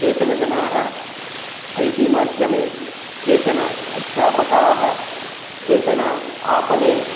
केचनजनाः ऐटि माध्यमे केचन अध्यापकाः केचन आपणे